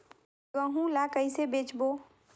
गहूं ला कइसे बेचबो?